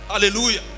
hallelujah